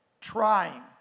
trying